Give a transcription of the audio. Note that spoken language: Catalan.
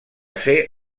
ser